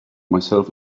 myself